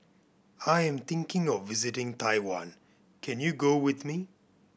I am thinking of visiting Taiwan can you go with me